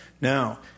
Now